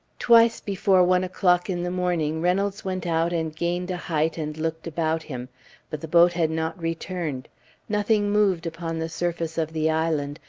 twice before one o'clock in the morning reynolds went out and gained a height and looked about him but the boat had not returned nothing moved upon the surface of the island,